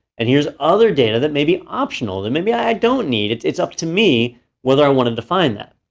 and here's other data that may be optional that maybe i don't need. it's up to me whether i wanna define that,